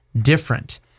different